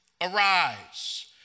arise